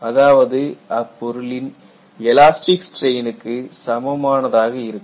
அதாவது அப்பொருளின் எலாஸ்டிக் ஸ்ட்ரெயினுக்கு சமமானதாக இருக்கும்